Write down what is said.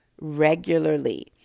regularly